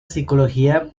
psicología